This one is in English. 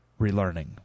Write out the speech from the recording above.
relearning